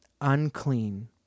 unclean